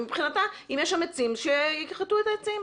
מבחינתה, אם יש שם עצים, שיכרתו את העצים.